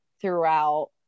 throughout